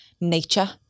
nature